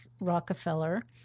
Rockefeller